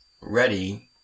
ready